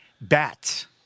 Bats